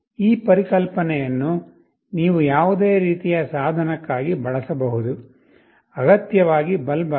ಈ ಪರಿಕಲ್ಪನೆಯನ್ನು ನೀವು ಯಾವುದೇ ರೀತಿಯ ಸಾಧನಕ್ಕಾಗಿ ಬಳಸಬಹುದು ಅಗತ್ಯವಾಗಿ ಬಲ್ಬ್ ಅಲ್ಲ